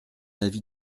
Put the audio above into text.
avis